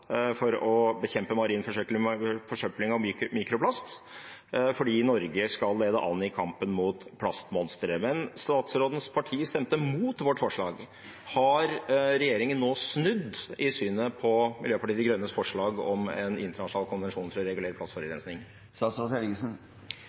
for å bekjempe marin forsøpling og mikroplast fordi Norge skal lede an i kampen mot plastmonsteret, men statsrådens parti stemte imot vårt forslag. Har regjeringen nå snudd i synet på Miljøpartiet De Grønnes forslag om en internasjonal konvensjon for å regulere